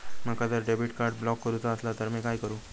माका जर debit card block करूचा असला तर मी काय करू?